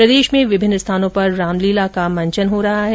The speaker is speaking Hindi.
प्रदेश में विभिन्न स्थानों पर रामलीला का भी मंचन हो रहा है